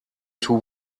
two